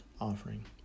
offering